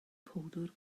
powdr